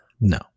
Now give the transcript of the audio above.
No